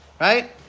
Right